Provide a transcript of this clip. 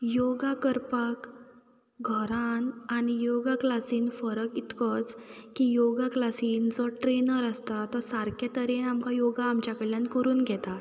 योगा करपाक घरांत आनी योगा क्लासीन फरक इतकोच की योगा क्लासीन जो ट्रेनर आसता तो सारके तरेन आमकां योगा आमच्या कडल्यान करून घेता